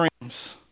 dreams